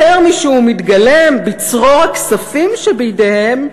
יותר משהוא מתגלם בצרור הכספים שבידיהם,